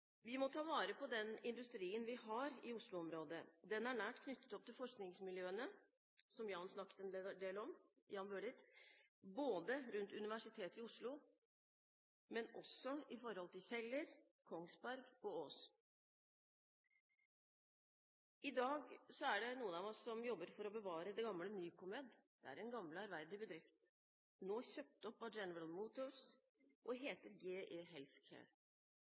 Vi må ta vare på den industrien vi har i Oslo-området. Den er nært knyttet opp til forskningsmiljøene, som Jan Bøhler snakket en del om, både ved Universitetet i Oslo og på Kjeller, Kongsberg og Ås. I dag er det noen av oss som jobber for å bevare det gamle Nycomed. Det er en gammel og ærverdig bedrift som nå er kjøpt opp av General Motors og heter GE Healthcare. Vi fra Oslo er i